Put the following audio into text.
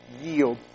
yield